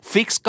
Fix